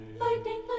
lightning